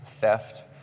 theft